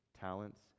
talents